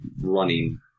running